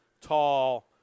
tall